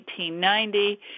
1890